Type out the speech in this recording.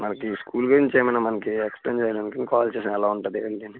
మనకి స్కూల్ గురించి ఏమైనా మనకి ఎక్స్ప్లెయిన్ చేయడానికి కాల్ చేసాను ఎలా ఉంటుంది ఏంటి అని